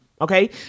Okay